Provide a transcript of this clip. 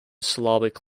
slavic